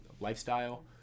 lifestyle